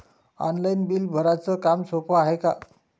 Online bill भराच काम सोपं हाय का?